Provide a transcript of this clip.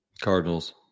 Cardinals